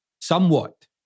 somewhat